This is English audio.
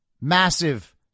massive